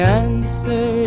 answer